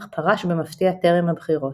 אך פרש במפתיע טרם הבחירות.